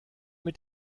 mit